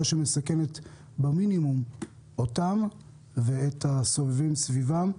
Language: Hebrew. שמסכנת במינימום אותם ואת הסובבים סביבם.